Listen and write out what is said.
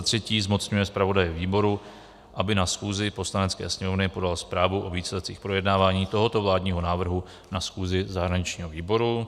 III. zmocňuje zpravodaje výboru, aby na schůzi Poslanecké sněmovny podal zprávu o výsledcích projednávání tohoto vládního návrhu na schůzi zahraničního výboru.